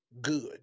good